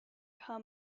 her